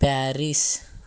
Paris